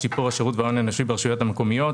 שיפור השירות וההון האנושי ברשויות המקומיות,